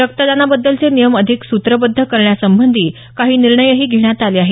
रक्तदानाबद्दलचे नियम अधिक सूत्रबद्ध करण्यासंबधी काही निर्णयही घेण्यात आले आहेत